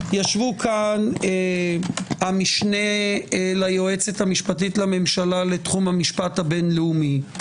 ישבו פה המשנה ליועצת המשפטית לממשלה לתחום המשפט הבין-לאומי.